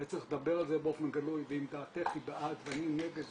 וצריך לדבר על זה בגלוי ואם דעתך היא בעד ואני נגד,